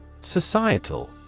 Societal